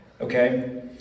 Okay